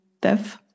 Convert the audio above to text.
death